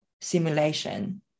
simulation